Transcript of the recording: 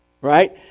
Right